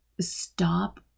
stop